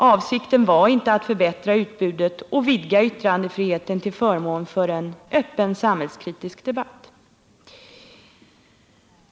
Avsikten var sålunda inte att förbättra utbudet och att vidga yttrandefriheten till förmån för en öppen samhällskritisk debatt.